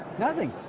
nothing.